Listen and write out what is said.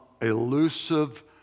elusive